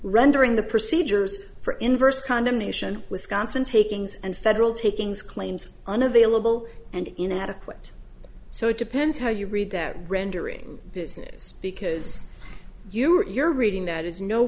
rendering the procedures for inverse condemnation wisconsin takings and federal takings claims unavailable and inadequate so it depends how you read that rendering business because you're reading that